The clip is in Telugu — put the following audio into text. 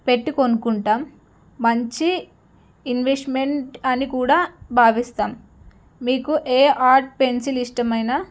పెట్టి కొనుక్కుంటాము మంచి ఇన్వెస్ట్మెంట్ అని కూడా భావిస్తాము మీకు ఏ ఆర్ట్ పెన్సిల్ ఇష్టమైనా